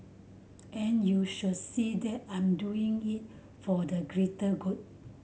and you shall see that I'm doing it for the greater good